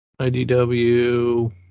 IDW